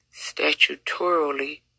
statutorily